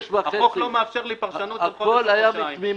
החוק לא מאפשר לי פרשנות לכל --- הכול היה בתמימות.